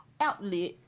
Outlet